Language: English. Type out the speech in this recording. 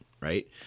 right